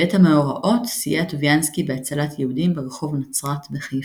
בעת המאורעות סייע טוביאנסקי בהצלת יהודים ברחוב נצרת בחיפה.